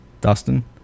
Dustin